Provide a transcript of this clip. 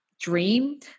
dream